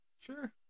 Sure